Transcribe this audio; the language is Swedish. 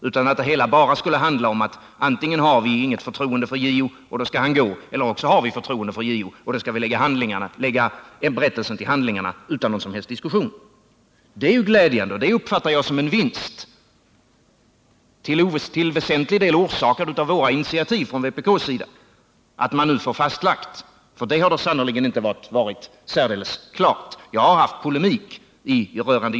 Det hela skulle bara handla om att antingen har vi inget förtroende för JO och då skall JO gå, eller också har vi förtroende för JO och då skall ämbetsberättelsen läggas till handlingarna utan någon som helst diskussion. Det är ju glädjande, och det uppfattar jag som en vinst, till väsentlig del orsakad av initiativ från vpk:s sida, att nu få fastlagt att berättelsens innehåll kan diskuteras. Det har sannerligen inte varit särdeles klart tidigare.